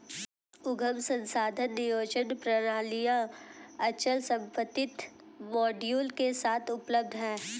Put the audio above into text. उद्यम संसाधन नियोजन प्रणालियाँ अचल संपत्ति मॉड्यूल के साथ उपलब्ध हैं